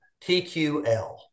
TQL